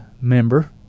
member